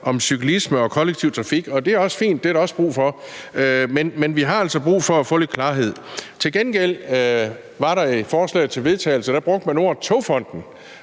om cyklisme og kollektiv trafik, og det er også fint, det er der også brug for, men vi har altså brug for at få lidt klarhed. Til gengæld brugte man i forslaget til vedtagelse ordet Togfonden